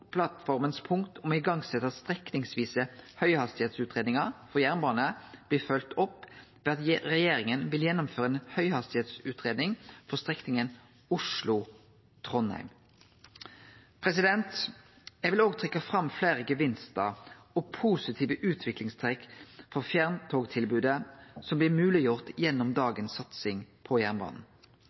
om å setje i gang strekningsvise høghastigheitsutgreiingar for jernbane blir følgt opp ved at regjeringa vil gjennomføre ei høghastigheitsutgreiing for strekninga Oslo–Trondheim. Eg vil òg trekkje fram fleire gevinstar og positive utviklingstrekk for fjerntogtilbodet, som blir gjort mogleg gjennom dagens satsing på jernbanen.